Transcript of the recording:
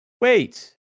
wait